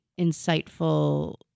insightful